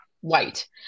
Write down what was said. white